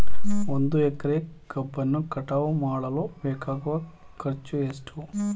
ಒಂದು ಎಕರೆ ಕಬ್ಬನ್ನು ಕಟಾವು ಮಾಡಲು ಬೇಕಾಗುವ ಖರ್ಚು ಎಷ್ಟು?